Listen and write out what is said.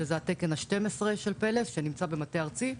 שזה התקן ה-12 של "פלס" שנמצא במטה הארצי,